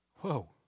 Whoa